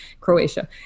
Croatia